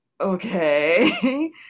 okay